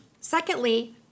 Secondly